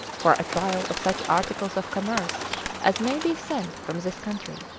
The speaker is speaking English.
for a trial of such articles of commerce as may be sent from this country.